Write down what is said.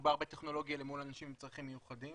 כשמדובר בטכנולוגיה למול אנשים עם צרכים מיוחדים